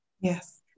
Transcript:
Yes